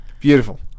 Beautiful